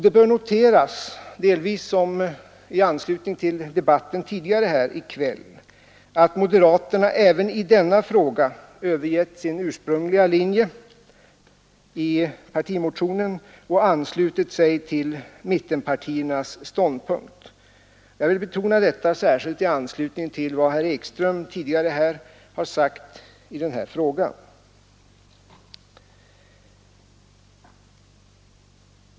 Det bör noteras delvis i anslutning till debatten tidigare här i kväll — att moderaterna även i denna fråga övergett sin ursprungliga linje i partimotionen och anslutit sig till mittenpartiernas ståndpunkt. Jag vill betona detta särskilt med anledning av vad herr Ekström tidigare sagt i denna fråga.